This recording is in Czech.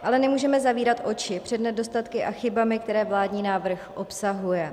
Ale nemůžeme zavírat oči před nedostatky a chybami, které vládní návrh obsahuje.